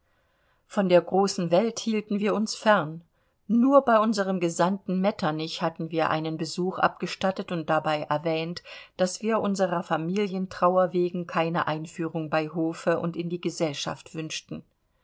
von der großen welt hielten wir uns fern nur bei unserem gesandten metternich hatten wir einen besuch abgestattet und dabei erwähnt daß wir unserer familientrauer wegen keine einführung bei hofe und in die gesellschaft wünschten